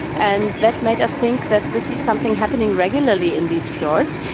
and that made us think that this is something happening regularly in these fjords.